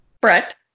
Brett